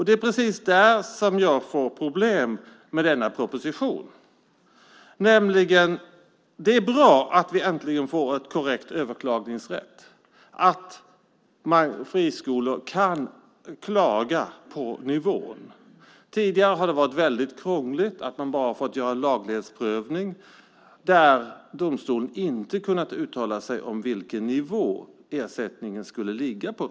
Det är precis där som jag får problem med denna proposition. Det är bra att vi äntligen får en korrekt överklagningsrätt, det vill säga att friskolor kan klaga på nivån. Tidigare har det varit väldigt krångligt. Man har fått göra bara laglighetsprövning där domstolen inte har kunnat uttala sig om vilken nivå ersättningen skulle ligga på.